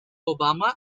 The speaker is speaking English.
obama